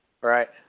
Right